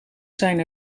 zijn